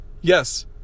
Yes